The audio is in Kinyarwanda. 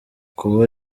kuba